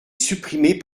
supprimés